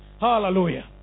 Hallelujah